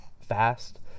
Fast